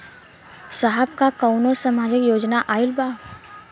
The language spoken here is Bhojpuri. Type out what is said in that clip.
साहब का कौनो सामाजिक योजना आईल बा?